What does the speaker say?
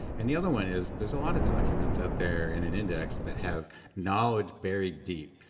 and the other one is there's a lot of documents out there in an index that have knowledge buried deep.